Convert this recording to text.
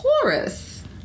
Taurus